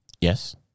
Yes